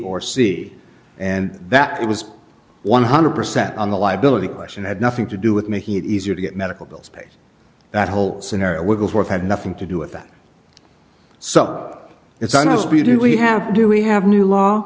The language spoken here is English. or c and that it was one hundred percent on the liability question had nothing to do with making it easier to get medical bills but that whole scenario wigglesworth had nothing to do with that so it's honestly do we have do we have new law